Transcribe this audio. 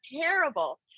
terrible